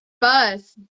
bus